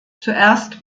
zuerst